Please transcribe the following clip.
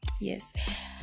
Yes